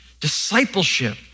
discipleship